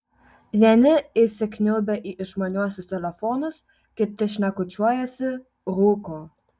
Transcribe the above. vieni įsikniaubę į išmaniuosius telefonus kiti šnekučiuojasi rūko